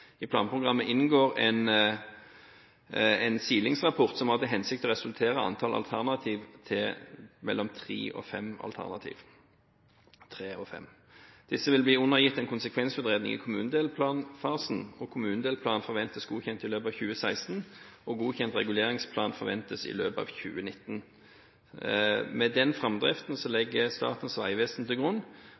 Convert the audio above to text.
I planprogrammet inngår en silingsrapport som har til hensikt å redusere antall alternativ til mellom tre og fem. Disse vil bli undergitt en konsekvensutredning i kommunedelplanfasen. Kommunedelplanen forventes godkjent i løpet av 2016, og godkjent reguleringsplan forventes i løpet av 2019. Med den framdriften legger Statens vegvesen til grunn